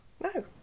No